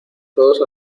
todos